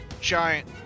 giant